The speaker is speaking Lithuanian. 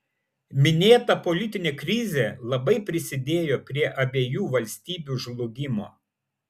minėta politinė krizė labai prisidėjo prie abiejų valstybių žlugimo